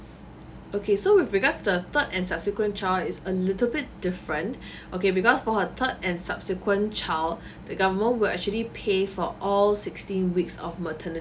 okay so with regards to the third and subsequent child is a little bit different okay because for her third and subsequent child the government will actually pay for all sixteen weeks of maternity